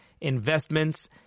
investments